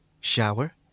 shower